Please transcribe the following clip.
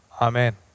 Amen